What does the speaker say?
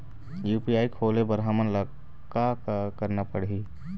UPI खोले बर हमन ला का का करना पड़ही?